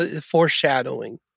foreshadowing